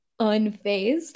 unfazed